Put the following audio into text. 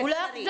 הוא לא יחזור?